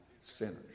sinners